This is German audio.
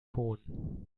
hohn